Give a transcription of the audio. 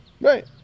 Right